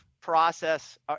process